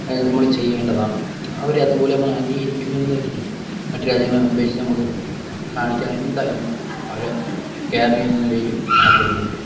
അത് നമ്മള് ചെയ്യേണ്ടതാണ് അവര് അതുപോലെ നമ്മളെ അംഗീകരിക്കും എന്നിരിക്കും മറ്റ് രാജ്യങ്ങളെ അപേക്ഷിച്ച് നമുക്ക് കാണിക്കാന് എന്തായാലും അവരെ കേരളീയൻ എന്ന നിലയിലും ആഗ്രഹമുണ്ട്